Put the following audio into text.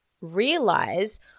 realize